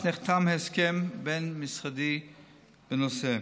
ואף נחתם הסכם בין-משרדי בנושא.